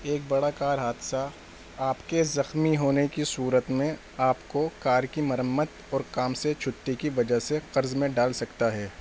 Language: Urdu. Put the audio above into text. ایک بڑا کار حادثہ آپ کے زخمی ہونے کی صورت میں آپ کو کار کی مرمت اور کام سے چھٹی کی وجہ سے قرض میں ڈال سکتا ہے